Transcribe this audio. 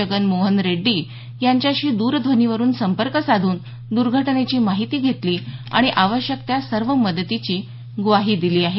जगन मोहन रेड्डी यांच्याशी दूरध्वनीवरुन संपर्क साधून दूर्घटनेची माहिती घेतली आणि आवश्यक त्या सर्व मदतीची ग्वाही दिली आहे